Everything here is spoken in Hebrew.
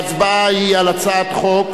ההצבעה היא על הצעת חוק